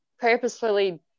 purposefully